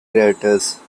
craters